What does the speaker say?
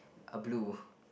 a blue